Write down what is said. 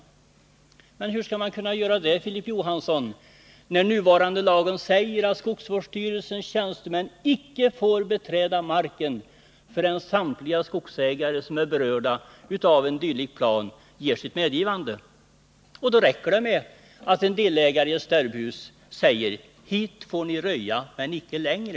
Hur skall man kunna göra det, Filip Johansson, när den nuvarande lagen säger att skogsvårdsstyrelsens tjänstemän inte får beträda marken förrän samtliga skogsägare som är berörda av en sådan plan ger sitt medgivande? Då räcker det att en delägare i ett stärbhus säger: Hit får ni röja men inte längre.